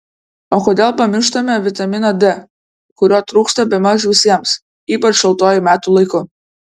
o kodėl pamištame vitaminą d kurio trūksta bemaž visiems ypač šaltuoju metų laiku